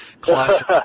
Classic